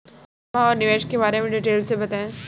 जमा और निवेश के बारे में डिटेल से बताएँ?